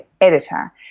editor